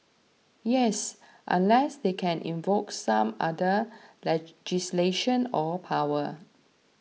yes unless they can invoke some other legislation or power